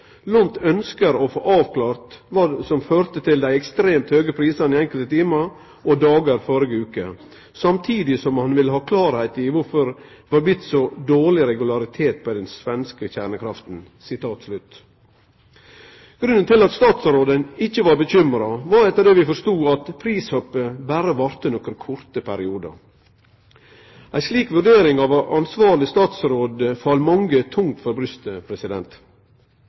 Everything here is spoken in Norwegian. å få avklart kva som førte til dei ekstremt høge prisane i enkelte timar og dagar, samtidig som han vil ha klarleik i kvifor det er blitt så dårleg regularitet på den svenske kjernekrafta. Grunnen til at statsråden ikkje var bekymra, var, etter det vi forstod, at prishoppet berre varte nokre korte periodar. Ei slik vurdering av ansvarleg statsråd fall mange tungt for